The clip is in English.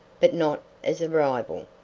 but not as a rival,